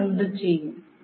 നമ്മൾ എന്തു ചെയ്യും